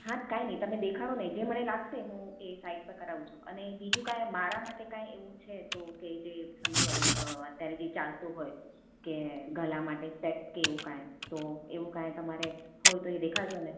હા જ કંઈ નહીં તમે દેખાડોને જે મને લાગશે હું એ સાઈડ પર કરાવું છું અને એ બીજું કંઈ મારા માટે કંઈ એવું છે તો કે જે સમજો હવે અત્યારે જે ચાલતું હોય કે ગળા માટે સેટ કે એવું કંઈ તો એવું કંઈ તમારે હોય તો એ દેખાડજોને